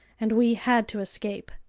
and we had to escape.